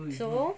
so